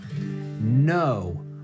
No